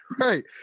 Right